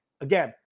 Again